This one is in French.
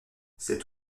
cet